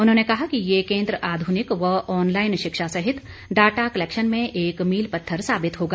उन्होंने कहा कि ये केंद्र आध्रनिक व ऑनलाईन शिक्षा सहित डाटा कलैक्शन में एक मील पत्थर साबित होगा